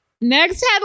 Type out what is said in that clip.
Next